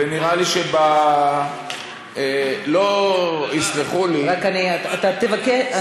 ונראה לי שלא יסלחו לי, רק אני, אתה תבקש.